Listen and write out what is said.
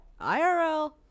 IRL